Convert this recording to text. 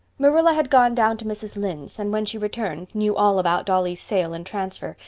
marilla had gone down to mrs. lynde's, and when she returned knew all about dolly's sale and transfer,